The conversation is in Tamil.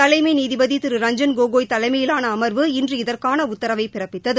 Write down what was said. தலைமை நீதிபதி திரு ரஞ்ஜன் கோகோய் தலைமையிலான அமா்வு இன்று இதற்கான உத்தரவை பிறப்பித்தது